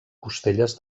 costelles